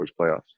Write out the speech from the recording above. playoffs